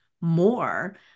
more